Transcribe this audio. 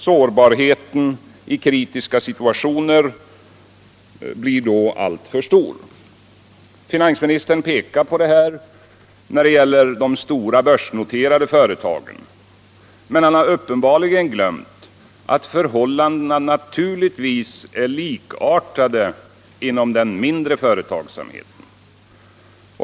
Sårbarheten i kritiska situationer blir då alltför stor. Finansministern pekar på detta när det gäller de stora börsnoterade företagen. Men han har uppenbarligen glömt att förhållandena naturligtvis är likartade inom den mindre företagsamheten.